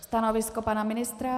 Stanovisko pana ministra?